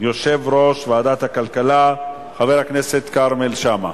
יושב-ראש ועדת הכלכלה, חבר הכנסת כרמל שאמה.